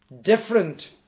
different